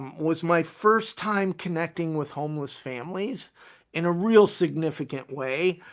was my first time connecting with homeless families in a real significant way.